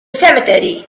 cemetery